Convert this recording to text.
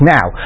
Now